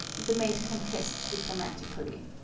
the maid con fessed diplomatically.